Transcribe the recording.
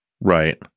Right